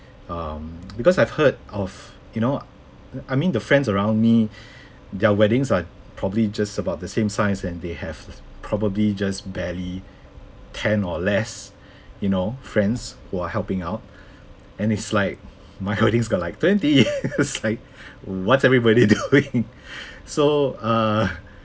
um because I heard of you know I mean the friends around me their weddings are probably just about the same size and they have probably just barely ten or less you know friends who are helping out and it's like my wedding's got like twenty it's like what's everybody doing so uh